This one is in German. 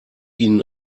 ihnen